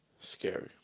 scary